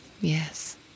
Yes